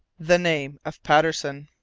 the name of patterson!